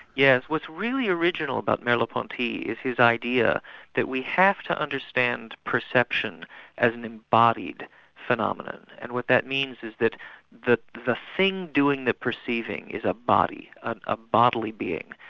yes, what's really original about merleau-ponty is his idea that we have to understand perception as an embodied phenomenon. and what that means is that the the thing doing the perceiving is a body, a bodily being.